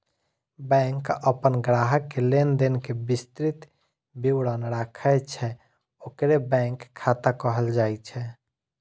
bank अपन ग्राहक के लेनदेन के विस्तृत विवरण राखै छै, ओकरे बैंक खाता कहल जाइ छै